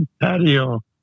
patio